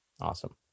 Awesome